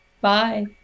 Bye